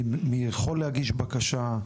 מי יכול להגיש בקשה?